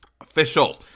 official